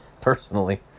Personally